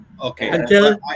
Okay